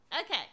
Okay